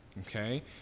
Okay